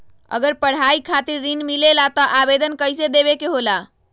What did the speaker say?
अगर पढ़ाई खातीर ऋण मिले ला त आवेदन कईसे देवे के होला?